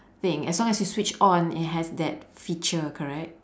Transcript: thing as long as you switch on it has that feature correct